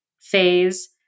phase